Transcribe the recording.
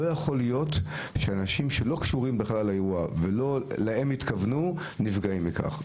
לא יכול להיות שאנשים שלא קשורים בכלל לאירוע נפגעים מכך.